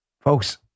Folks